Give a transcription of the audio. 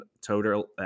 total